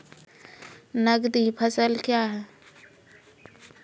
नगदी फसल क्या हैं?